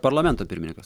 parlamento pirmininkas